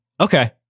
Okay